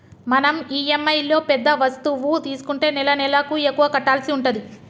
మనం ఇఎమ్ఐలో పెద్ద వస్తువు తీసుకుంటే నెలనెలకు ఎక్కువ కట్టాల్సి ఉంటది